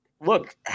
Look